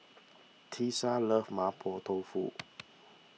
Tisa loves Mapo Tofu